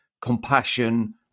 compassion